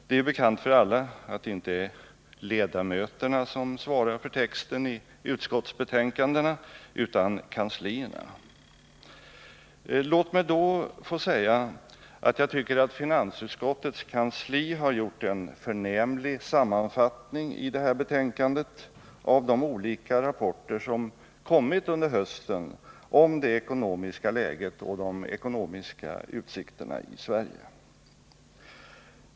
Det är ju bekant för alla att det inte är ledamöterna som svarar för texten i utskottsbetänkandena utan kanslierna. Låt mig då säga att jag tycker att finansutskottets kansli har gjort en förnämlig sammanfattning i det här betänkandet av de olika rapporter som kommit under hösten om det ekonomiska läget och de ekonomiska utsikterna i Sverige.